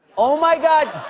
oh, my god!